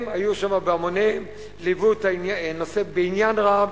הם היו שם בהמוניהם, ליוו את הנושא בעניין רב,